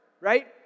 right